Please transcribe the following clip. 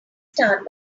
start